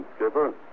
skipper